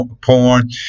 porn